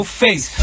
face